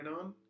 on